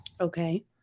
Okay